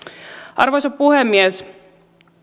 arvoisa puhemies